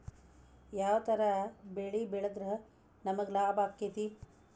ಯಾವ ತರ ಬೆಳಿ ಬೆಳೆದ್ರ ನಮ್ಗ ಲಾಭ ಆಕ್ಕೆತಿ?